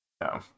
No